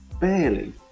Barely